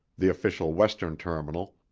the official western terminal,